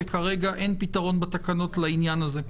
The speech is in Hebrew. כי כרגע אין פתרון בתקנות לעניין הזה.